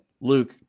Luke